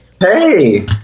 Hey